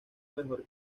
mejor